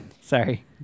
Sorry